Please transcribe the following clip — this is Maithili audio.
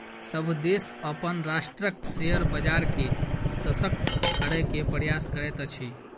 सभ देश अपन राष्ट्रक शेयर बजार के शशक्त करै के प्रयास करैत अछि